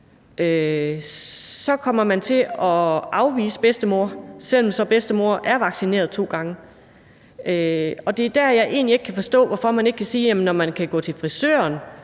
så kommer man til at afvise bedstemor, selv om bedstemor er vaccineret to gange. Og det er der, jeg egentlig ikke kan forstå: Når man på Bornholm kan gå til frisøren